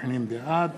בעד